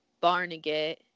Barnegat